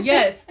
Yes